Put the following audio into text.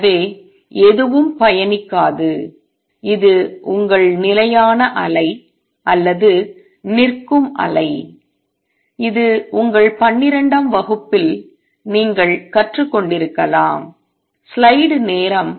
எனவே எதுவும் பயணிக்காது இது உங்கள் நிலையான அலை அல்லது நிற்கும் அலை இது உங்கள் பன்னிரண்டாம் வகுப்பில் நீங்கள் கற்றுக்கொண்டிருக்கலாம்